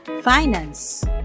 finance